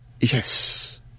Yes